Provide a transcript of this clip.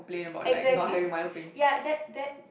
exactly ya that that